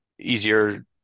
easier